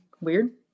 weird